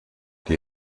die